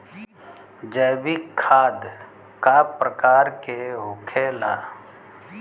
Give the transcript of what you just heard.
जैविक खाद का प्रकार के होखे ला?